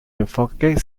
enfoque